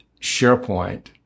SharePoint